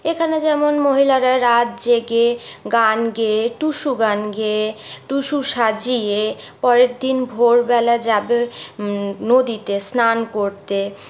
এখানে যেমন মহিলারা রাত জেগে গান গেয়ে টুসু গান গেয়ে টুসু সাজিয়ে পরেরদিন ভোরবেলা যাবে নদীতে স্নান করতে